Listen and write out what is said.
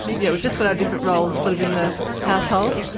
yeah we've just got our different roles sort of in the household.